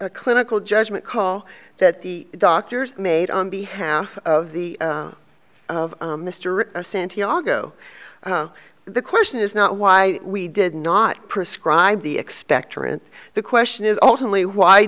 a clinical judgment call that the doctors made on behalf of the of mr santiago the question is not why we did not prescribe the expectorant the question is ultimately why